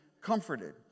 comforted